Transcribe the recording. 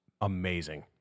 amazing